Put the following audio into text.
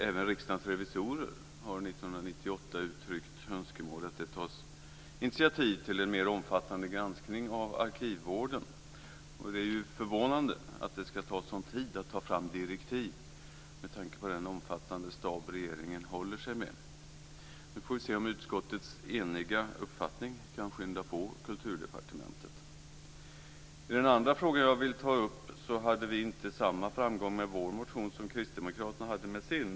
Även Riksdagens revisorer uttryckte 1998 önskemål om ett initiativ till en mer omfattande granskning av arkivvården. Det är förvånande att det ska ta så lång tid att ta fram direktiv med tanke på den omfattande stab som regeringen håller sig med. Vi får se om utskottets eniga uppfattning kan skynda på När det gäller den andra frågan som jag vill ta upp hade vi inte samma framgång med vår motion som Kristdemokraterna hade med sin.